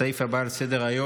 הסעיף הבא על סדר-היום,